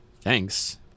Thanks